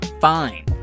fine